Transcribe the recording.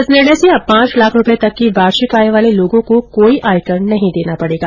इस निर्णय से अब पांच लाख रूपये तक की वार्षिक आय वाले लोगों को कोई आयकर नहीं देना पडेगा